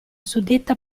suddetta